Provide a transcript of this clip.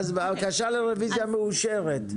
הבקשה לרביזיה מאושרת.